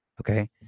okay